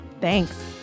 Thanks